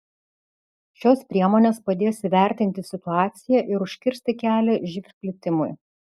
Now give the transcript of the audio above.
šios priemonės padės įvertinti situaciją ir užkirsti kelią živ plitimui